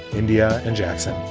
india and jackson.